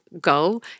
go